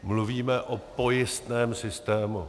Mluvíme o pojistném systému.